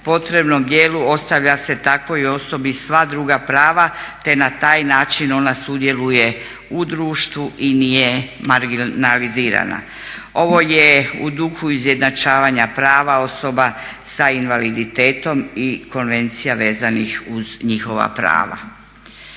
potrebnom dijelu ostavlja se takvoj osobi sva druga prava, te na taj način ona sudjeluje u društvu i nije marginalizirana. Ovo je u duhu izjednačavanja prava osoba sa invaliditetom i konvencija vezanih uz njihova prava.